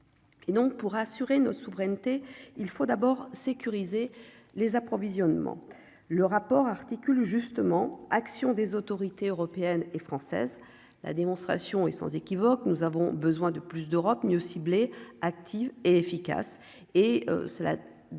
pour assurer notre souveraineté, il faut d'abord sécuriser les approvisionnements le rapport articule justement action des autorités européennes et françaises, la démonstration est sans équivoque : nous avons besoin de plus d'Europe mieux ciblée, active et efficace et cela